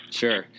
sure